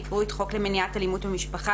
יקראו את חוק למניעת אלימות במשפחה,